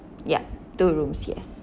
yup two rooms yes